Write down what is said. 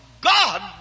God